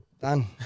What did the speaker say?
Done